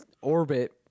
orbit